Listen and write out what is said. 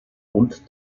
und